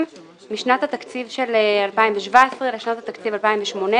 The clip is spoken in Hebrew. משנת התקציב של 2017 לשנת התקציב 2018,